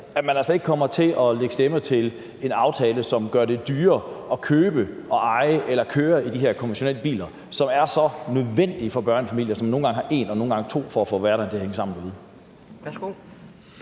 at man altså ikke kommer til at lægge stemmer til en aftale, som gør det dyrere at købe og eje og køre i de her konventionelle biler, som er så nødvendige for børnefamilier, som nogle gange har én bil og nogle gange to biler for at få hverdagen til at hænge sammen derude.